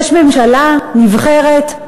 יש ממשלה נבחרת,